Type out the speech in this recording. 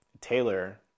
Taylor